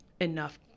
enough